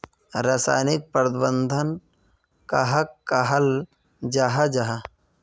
रासायनिक प्रबंधन कहाक कहाल जाहा जाहा?